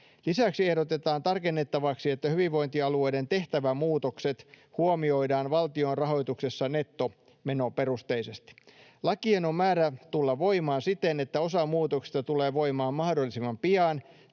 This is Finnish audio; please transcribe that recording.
Lisäksi ehdotetaan tarkennettavaksi, että hyvinvointialueiden tehtävämuutokset huomioidaan valtion rahoituksessa nettomenoperusteisesti. Lakien on määrä tulla voimaan siten, että osa muutoksista tulee voimaan mahdollisimman pian